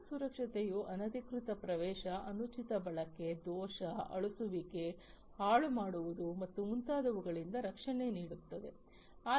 network ಸುರಕ್ಷತೆಯು ಅನಧಿಕೃತ ಪ್ರವೇಶ ಅನುಚಿತ ಬಳಕೆ ದೋಷ ಅಳಿಸುವಿಕೆ ಹಾಳು ಮಾಡುವುದು ಮತ್ತು ಮುಂತಾದವುಗಳಿಂದ ರಕ್ಷಣೆ ನೀಡುತ್ತದೆ